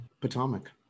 Potomac